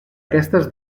aquestes